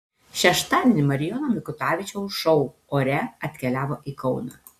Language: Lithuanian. šeštadienį marijono mikutavičiaus šou ore atkeliavo į kauną